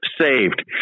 saved